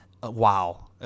Wow